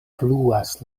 fluas